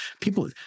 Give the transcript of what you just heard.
people